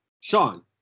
Sean